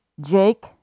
Jake